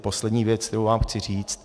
Poslední věc, kterou vám chci říct.